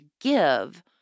give